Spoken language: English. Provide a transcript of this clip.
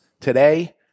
today